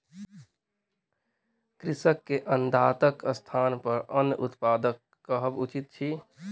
कृषक के अन्नदाताक स्थानपर अन्न उत्पादक कहब उचित अछि